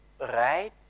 right